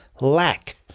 lack